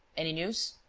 any news?